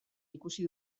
ikusi